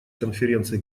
конференции